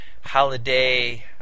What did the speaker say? holiday